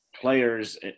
players